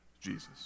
Jesus